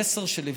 המסר שלי,